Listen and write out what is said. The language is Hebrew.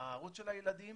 הערוץ של הילדים